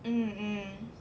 mm mm